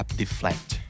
deflect